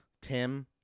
Tim